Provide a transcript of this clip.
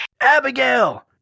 Abigail